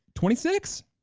twenty six.